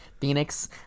Phoenix